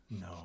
No